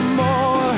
more